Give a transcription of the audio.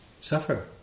suffer